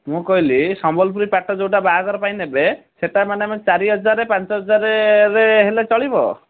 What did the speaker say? ମୁଁ କହିଲି ସମ୍ବଲପୁରୀ ପାଟ ଯେଉଁଟା ବାହାଘର ପାଇଁ ନେବେ ସେଇଟା ମାନେ ଆମେ ଚାରି ହଜାର ପାଞ୍ଚ ହଜାରରେ ହେଲେ ଚଳିବ